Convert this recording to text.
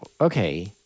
okay